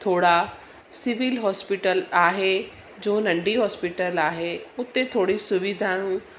थोरा civil hospital आहे जो नंढी हॉस्पिटल आहे उते थोरी सुविधाऊं